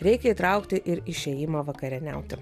reikia įtraukti ir išėjimą vakarieniauti